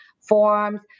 forms